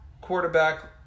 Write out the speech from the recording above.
quarterback